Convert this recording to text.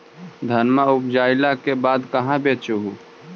धनमा उपजाईला के बाद कहाँ बेच हू?